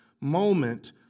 moment